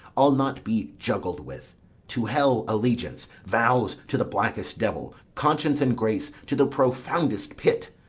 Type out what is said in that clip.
i'll not be juggled with to hell, allegiance! vows, to the blackest devil! conscience and grace, to the profoundest pit!